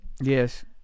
Yes